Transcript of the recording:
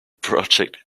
project